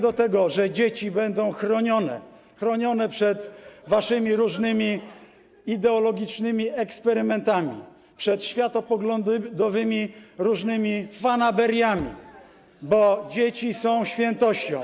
do tego, że dzieci będą chronione, chronione przed waszymi różnymi ideologicznymi eksperymentami, przed różnymi światopoglądowymi fanaberiami, bo dzieci są świętością.